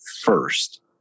first